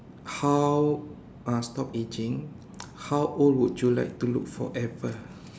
how ah stop aging how old would you like to look forever